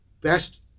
best